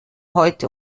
heute